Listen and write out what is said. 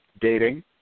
Dating